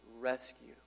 rescue